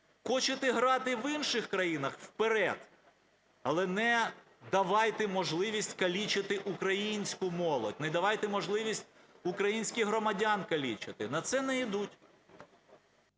хочете грати в інших країнах – вперед, але не давайте можливість калічити українську молодь, не давайте можливість українських громадян калічити, – на це не йдуть.